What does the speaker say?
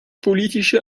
politische